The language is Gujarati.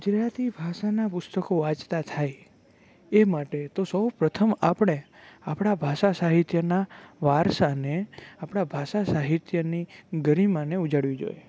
ગુજરાતી ભાષાના પુસ્તકો વાંચતા થાય એ માટે તો સૌ પ્રથમ આપણે આપણા ભાષા સાહિત્યના વારસાને આપણા ભાષા સાહિત્યની ગરિમાને ઉજાળવી જોઈએ